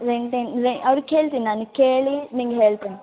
rent ಏನು ರೇ ಆವ್ರಿಗೆ ಕೇಳ್ತೀನಿ ನಾನು ಕೇಳಿ ನಿಂಗೆ ಹೇಳ್ತಿನಿ